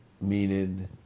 Meaning